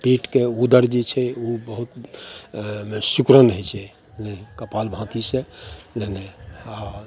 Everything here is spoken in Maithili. पेटके उदर जे छै ओइमे बहुत सिकुड़न होइ छै कपाल भातिसँ नइ नइ आओर